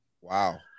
Wow